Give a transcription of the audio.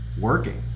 working